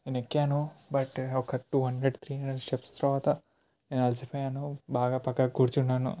నేను ఎక్కాను బట్ ఒక two hundred three hundred steps తర్వాత నేను అలిసిపోయాను బాగా పక్కకి కూర్చున్నాను